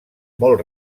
molt